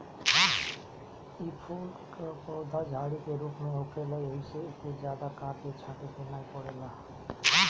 इ फूल कअ पौधा झाड़ी के रूप में होखेला एही से एके जादा काटे छाटे के नाइ पड़ेला